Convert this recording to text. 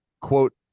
quote